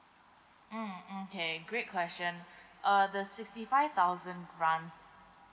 mm okay great question uh the sixty five thousand grant